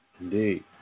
Indeed